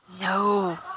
No